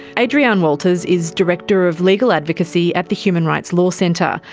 adrianne walters is director of legal advocacy at the human rights law centre,